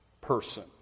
person